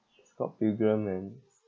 scott pilgrim man